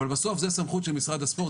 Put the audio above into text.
בסוף זו סמכות של משרד הספורט,